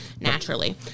naturally